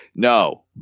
No